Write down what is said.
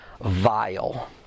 vile